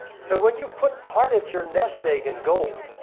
so when you put part of your nest egg in gold,